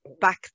back